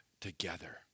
together